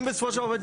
אם בסופו של דבר,